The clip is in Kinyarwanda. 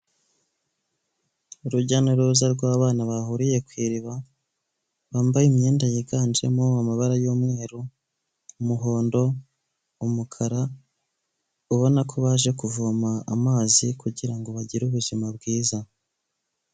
Urujya n'uruza rw'abana bahuriye ku iriba bambaye imyenda yiganjemo amabara y'umweru, umuhondo, umukara, ubona ko baje kuvoma amazi kugira ngo bagire ubuzima bwiza.